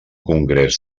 congrés